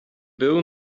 był